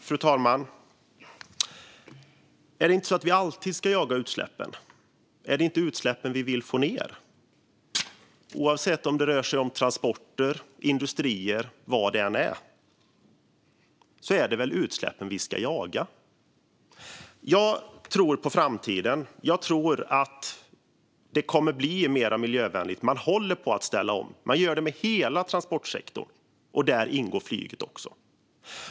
Fru talman! Är det inte så att vi alltid ska jaga utsläppen? Är det inte utsläppen vi vill få ned? Oavsett om det rör sig om transporter eller industrier - vad det än handlar om - är det väl utsläppen vi ska jaga? Jag tror på framtiden. Jag tror att det kommer att bli mer miljövänligt. Man håller på att ställa om. Man gör det i hela transportsektorn, och där ingår även flyget.